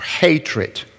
hatred